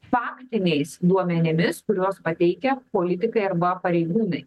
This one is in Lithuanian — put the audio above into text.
faktiniais duomenimis kuriuos pateikia politikai arba pareigūnai